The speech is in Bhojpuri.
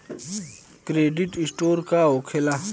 क्रेडिट स्कोर का होखेला?